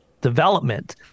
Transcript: development